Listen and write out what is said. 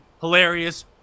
hilarious